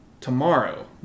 tomorrow